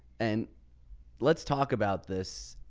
and let's talk about this,